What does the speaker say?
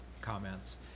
comments